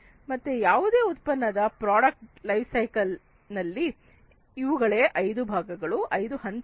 ಮತ್ತೆ ಯಾವುದೇ ಉತ್ಪನ್ನದ ಪ್ರಾಡಕ್ಟ್ ಲೈಫ್ ಸೈಕಲ್ ನಲ್ಲಿ ಇವುಗಳೇ ಐದು ಭಾಗಗಳು ಐದು ಹಂತಗಳು